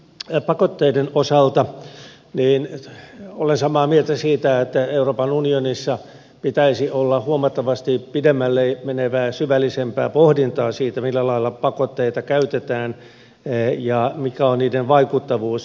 sitten pakotteiden osalta olen samaa mieltä siitä että euroopan unionissa pitäisi olla huomattavasti pidemmälle menevää syvällisempää pohdintaa siitä millä lailla pakotteita käytetään ja mikä on niiden vaikuttavuus